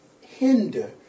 hinder